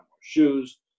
shoes